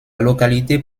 localité